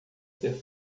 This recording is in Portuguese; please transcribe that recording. ser